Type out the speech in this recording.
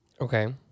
Okay